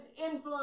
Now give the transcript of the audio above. influence